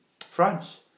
France